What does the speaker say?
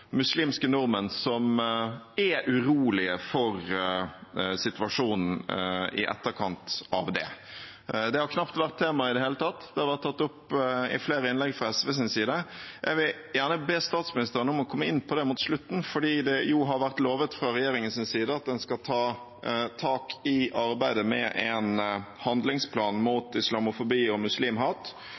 muslimske nordmenn, som er urolige for situasjonen i etterkant av det. Det har knapt vært tema i det hele tatt. Det har vært tatt opp i flere innlegg fra SVs side. Jeg vil gjerne be statsministeren om å komme inn på det mot slutten, for det har vært lovet fra regjeringens side at den skal ta tak i arbeidet med en handlingsplan mot islamofobi og muslimhat.